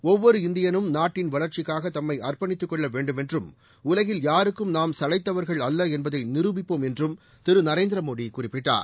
ஒவ்வொரு இந்தியனும் நாட்டின் வளா்ச்சிக்காக தம்மை அா்ப்கணித்துக் கொள்ள வேண்டுமென்றும் உலகில் யாருக்கும் நாம் சளைத்தவர்கள் அல்ல என்பதை நிரூபிப்போம் என்றும் திரு நரேந்திரமோடி குறிப்பிட்டார்